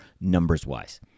numbers-wise